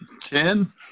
ten